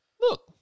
Look